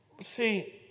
See